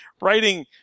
writing